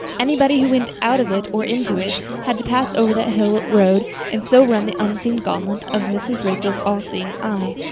anybody who went out of it or into it had to pass over that hill road and so run the unseen gauntlet of mrs. rachel's all-seeing eye.